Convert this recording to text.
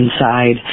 inside